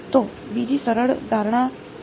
તો બીજી સરળ ધારણા શું છે જે આપણે કરી શકીએ